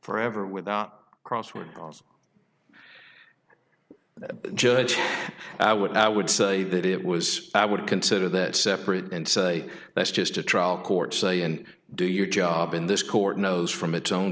forever without cross word because the judge i would i would say that it was i would consider that separate and say that's just a trial court say and do your job in this court knows from its own